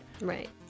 Right